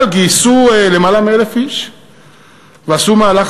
אבל גייסו למעלה מ-1,000 איש ועשו מהלך